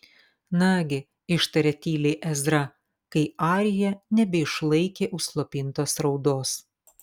nagi ištarė tyliai ezra kai arija nebeišlaikė užslopintos raudos